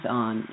on